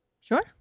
sure